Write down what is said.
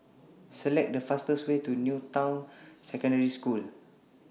Select The fastest Way to New Town Secondary School